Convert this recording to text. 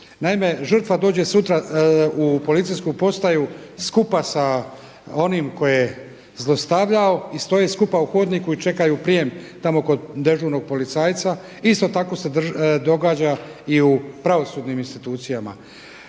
Naime, žrtva dođe sutra u policijsku postaju skupa sa onim tko je zlostavljao i stoje skupa u hodniku i čekaju prijem tamo kod dežurnog policajca. Isto tako se događa i u pravosudnim institucijama.